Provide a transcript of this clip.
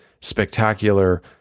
spectacular